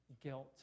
guilt